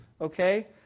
okay